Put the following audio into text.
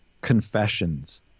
confessions